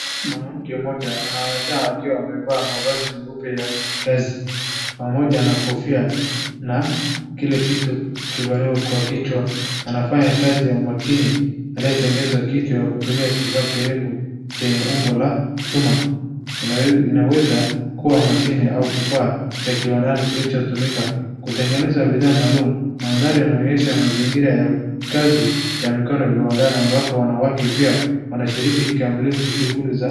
Mwanamke mmoja anaonekana akiwa amevaa mavazi meupe ya kazi pamoja na kofia na kile kitu kivaliwa kwa kichwa. Anafanya kazi ya umakini alioyetengezwa kitu kutumia kifaa kirefu chenye umbo la chuma inaweza kuwa mashini au kifaa cha kimanani kilicho tumika kutengeza bidhaa maalum. Mandari yanaonyesha mazingira ya kazi inaonekana ni viwandani ambapo wanawake pia wanashikili shughuli za.